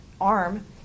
arm